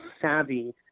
savvy